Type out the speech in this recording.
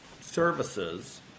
services